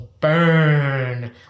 burn